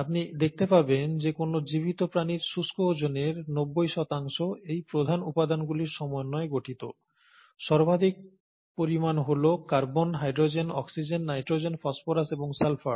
আপনি দেখতে পাবেন যে কোনও জীবিত প্রাণীর শুষ্ক ওজনের 90 শতাংশ এই প্রধান উপাদানগুলির সমন্বয়ে গঠিত সর্বাধিক পরিমাণ হল carbon hydrogen oxygen nitrogen phosphorus এবং সালফার